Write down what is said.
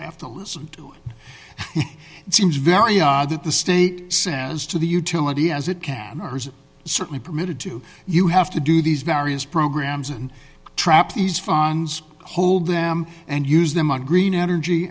i have to listen to it it seems very odd that the state says to the utility as it can ers certainly permitted to you have to do these various programs and trap these funds hold them and use them on green energy